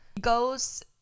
goes